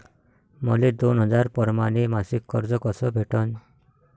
मले दोन हजार परमाने मासिक कर्ज कस भेटन?